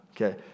okay